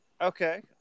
Okay